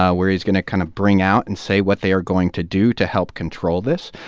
ah where he's going to kind of bring out and say what they are going to do to help control this.